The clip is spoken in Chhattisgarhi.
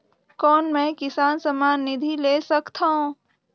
कौन मै किसान सम्मान निधि ले सकथौं?